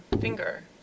finger